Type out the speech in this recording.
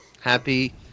Happy